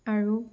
আৰু